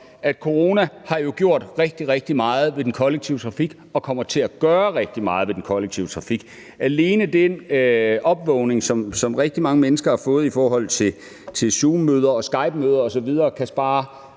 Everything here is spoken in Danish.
at corona har gjort rigtig, rigtig meget ved den kollektive trafik og kommer til at gøre rigtig meget ved den kollektive trafik, alene det, at rigtig mange mennesker har fået øjnene op for zoom- og skypemøder osv., kan spare